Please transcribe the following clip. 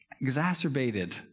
exacerbated